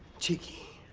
cheeky.